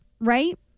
Right